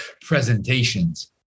presentations